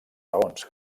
raons